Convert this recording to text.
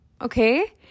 okay